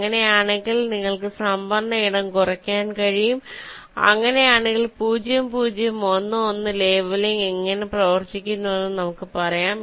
അങ്ങനെയാണെങ്കിൽ നിങ്ങൾക്ക് സംഭരണ ഇടം കുറയ്ക്കാൻ കഴിയും എന്നാൽ 0 0 1 1 ലേബലിംഗ് എങ്ങനെ പ്രവർത്തിക്കുന്നുവെന്ന് നമുക്ക് പറയാം